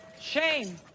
shame